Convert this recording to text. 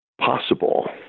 Possible